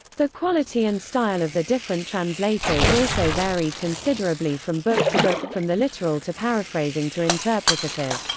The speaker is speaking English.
the quality and style of the different translators also varied considerably from book to book, from the literal to paraphrasing to interpretative.